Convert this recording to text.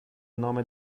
nome